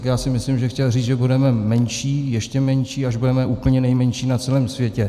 Já myslím, že chtěl říct, že budeme menší, ještě menší, až budeme úplně nejmenší na celém světě.